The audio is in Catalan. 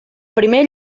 primer